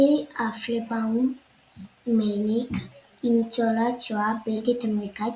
לילי אפלבאום מלניק היא ניצולת שואה בלגית-אמריקאית